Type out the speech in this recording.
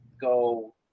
go